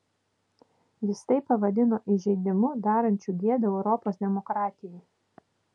jis tai pavadino įžeidimu darančiu gėdą europos demokratijai